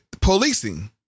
policing